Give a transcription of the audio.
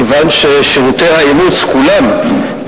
כיוון ששירותי האימוץ כולם,